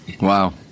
Wow